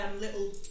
little